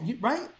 right